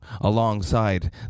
alongside